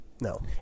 no